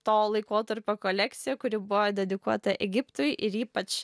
to laikotarpio kolekcija kuri buvo dedikuota egiptui ir ypač